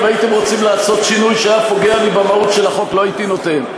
אם הייתם רוצים לעשות שינוי שהיה פוגע לי במהות של החוק לא הייתי נותן.